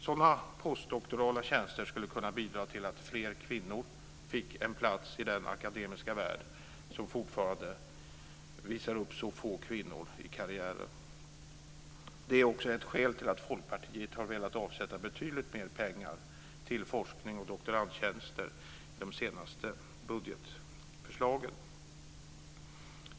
Sådana postdoktorala tjänster skulle kunna bidra till att fler kvinnor fick en plats i den akademiska värld som fortfarande visar upp mycket få kvinnor i karriären. Detta är också ett skäl till att Folkpartiet har velat avsätta betydligt mer pengar till forskning och doktorandtjänster i de senaste budgetförslagen.